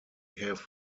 have